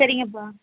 சரிங்கப்பா